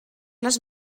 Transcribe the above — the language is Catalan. les